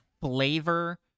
flavor